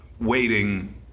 Waiting